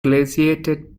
glaciated